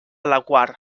laguar